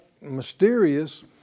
mysterious